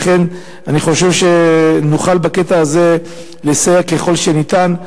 לכן, אני חושב שנוכל בקטע הזה לסייע ככל שניתן,